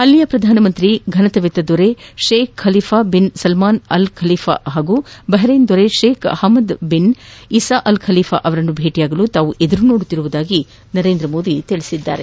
ಅಲ್ಲಿನ ಪ್ರಧಾನಮಂತಿ ಘನತೆವೆತ್ನ ದೊರೆ Sheikh Khalifa bin Salman Al Khalifa ಹಾಗೂ ಬಹರೇನ್ ದೊರೆ Sheikh Hamad bin Isa Al Khalifa ಅವರನ್ನು ಭೇಟಿ ಮಾಡಲು ತಾವು ಎದುರು ನೋಡುತ್ತಿರುವುದಾಗಿ ಮೋದಿ ತಿಳಿಸಿದ್ದಾರೆ